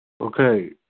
Okay